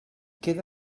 queda